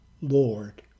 Lord